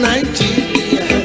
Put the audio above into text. Nigeria